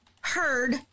heard